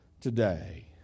today